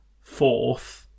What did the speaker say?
fourth